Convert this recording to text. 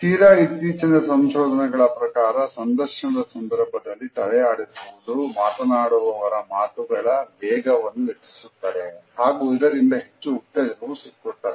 ತೀರಾ ಇತ್ತೀಚಿನ ಸಂಶೋಧನೆಗಳ ಪ್ರಕಾರ ಸಂದರ್ಶನದ ಸಂದರ್ಭದಲ್ಲಿ ತಲೆ ಆಡಿಸುವುದು ಮಾತನಾಡುವವರ ಮಾತುಗಳ ವೇಗವನ್ನು ಹೆಚ್ಚಿಸುತ್ತದೆ ಹಾಗೂ ಇದರಿಂದ ಹೆಚ್ಚು ಉತ್ತೇಜನವು ಸಿಕ್ಕುತ್ತದೆ